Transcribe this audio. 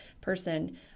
person